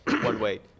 one-way